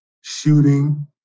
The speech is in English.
shooting